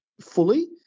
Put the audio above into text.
fully